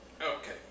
Okay